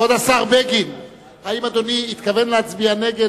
השר בגין הצביע נגד